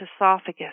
esophagus